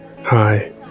Hi